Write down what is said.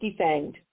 defanged